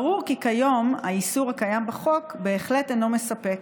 ברור כי כיום האיסור הקיים בחוק בהחלט אינו מספק.